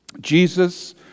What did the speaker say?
Jesus